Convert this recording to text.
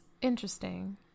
Interesting